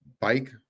bike